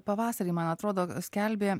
pavasarį man atrodo skelbė